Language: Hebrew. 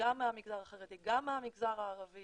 גם מהמגזר החרדי, גם מהמגזר הערבי